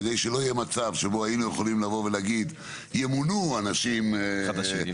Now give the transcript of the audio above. כדי שלא יהיה מצב שבו היינו יכולים לבוא ולהגיד "ימונו אנשים חדשים",